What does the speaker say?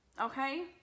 Okay